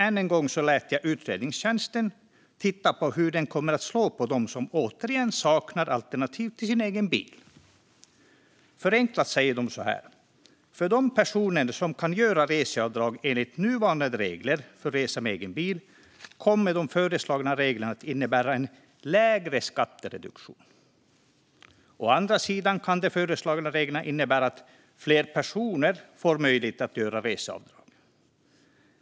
Än en gång lät jag utredningstjänsten titta på hur det kommer att slå för dem som återigen saknar alternativ till sin egen bil. Förenklat säger den så här: För de personer som kan göra reseavdrag enligt nuvarande regler för resa med egen bil kommer de föreslagna reglerna att innebära en lägre skattereduktion. Å andra sidan kan de föreslagna reglerna innebära att fler personer får möjlighet att göra reseavdrag.